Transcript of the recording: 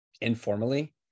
informally